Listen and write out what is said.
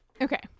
Okay